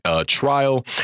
trial